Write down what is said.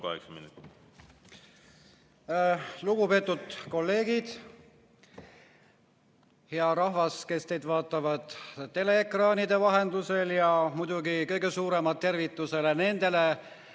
Lugupeetud kolleegid! Hea rahvas, kes te vaatate teleekraanide vahendusel! Muidugi, kõige suuremad tervitused nendele